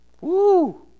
Woo